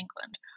England